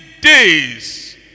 days